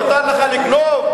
מותר לך לגנוב?